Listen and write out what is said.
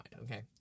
okay